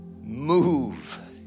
Move